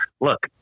Look